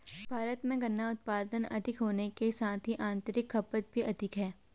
भारत में गन्ना उत्पादन अधिक होने के साथ ही आतंरिक खपत भी अधिक है